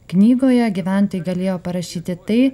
knygoje gyventojai galėjo parašyti tai